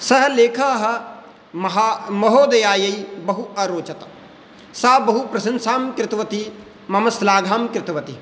सः लेखः महा महोदयायै बहु अरोचत सा बहुप्रशंसां कृतवती मम श्लाघं कृतवती